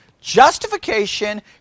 Justification